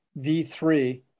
V3